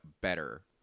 better